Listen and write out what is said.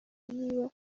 niba